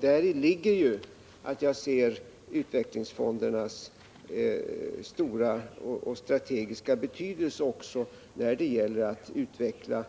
Däri ligger ju att jag inser utvecklingsfondernas stora och strategiska betydelse också när det gäller att utveckla